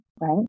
right